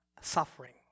suffering